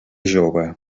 jove